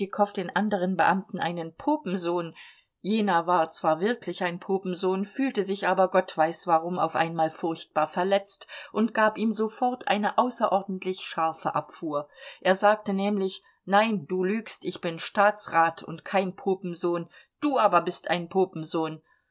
tschitschikow den anderen beamten einen popensohn jener war zwar wirklich ein popensohn fühlte sich aber gott weiß warum auf einmal furchtbar verletzt und gab ihm sofort eine außerordentlich scharfe abfuhr er sagte nämlich nein du lügst ich bin staatsrat und kein popensohn du aber bist ein